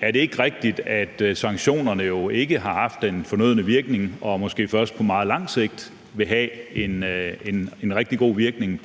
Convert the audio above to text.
Er det ikke rigtigt, at sanktionerne jo ikke har haft den fornødne virkning, og at de måske først på meget lang sigt vil have en rigtig god virkning